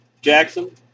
Jackson